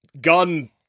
gun